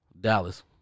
Dallas